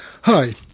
hi